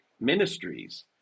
ministries